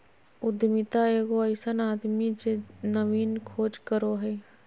उद्यमिता एगो अइसन आदमी जे नवीन खोज करो हइ